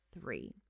three